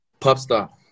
Popstar